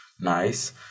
nice